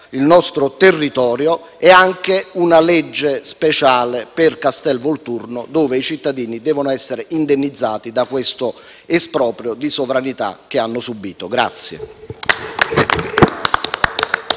il nostro territorio. Ci aspettiamo anche una legge speciale per Castelvolturno, con la quale i cittadini devono essere indennizzati da questo esproprio di sovranità che hanno subito.